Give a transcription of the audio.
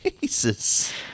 Jesus